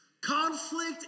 Conflict